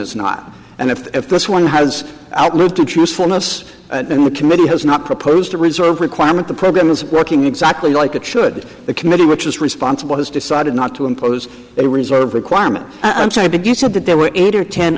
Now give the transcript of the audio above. it's not and if this one has outlived its usefulness and the committee has not proposed a reserve requirement the program is working exactly like it should the committee which is responsible has decided not to impose a reserve requirement i'm sorry to get said that there were eight or ten